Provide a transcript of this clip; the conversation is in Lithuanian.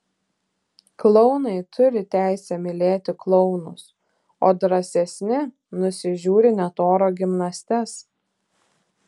klounai turi teisę mylėti klounus o drąsesni nusižiūri net oro gimnastes